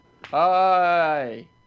Hi